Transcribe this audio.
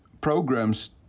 programs